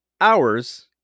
hours